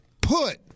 Put